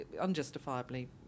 unjustifiably